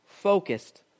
Focused